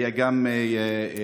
והיה גם נציג